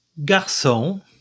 garçon